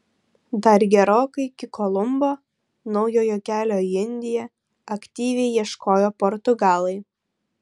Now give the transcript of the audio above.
dar gerokai iki kolumbo naujojo kelio į indiją aktyviai ieškojo portugalai